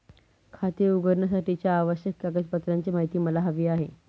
खाते उघडण्यासाठीच्या आवश्यक कागदपत्रांची माहिती मला हवी आहे